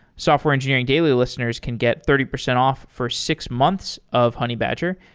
software engineering daily listeners can get thirty percent off for six months of honeybadger,